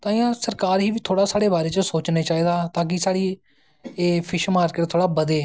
ते सरकार गी बी साढ़े बारे च सोचनां चाही दा कि साढ़ी एह् फिश मार्किट थोह्ड़ी बदै